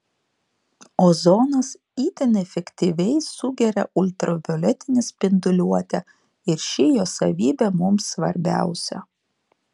ozonas itin efektyviai sugeria ultravioletinę spinduliuotę ir ši jo savybė mums svarbiausia